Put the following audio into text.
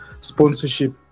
sponsorship